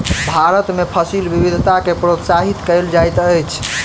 भारत में फसिल विविधता के प्रोत्साहित कयल जाइत अछि